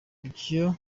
byo